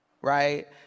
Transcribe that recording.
right